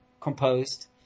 composed